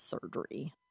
surgery